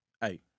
hey